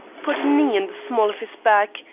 put a knee in the small of his back,